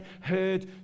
heard